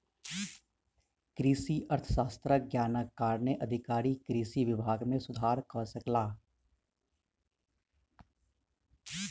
कृषि अर्थशास्त्रक ज्ञानक कारणेँ अधिकारी कृषि विभाग मे सुधार कय सकला